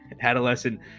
adolescent